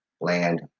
land